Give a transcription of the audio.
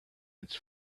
its